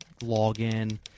login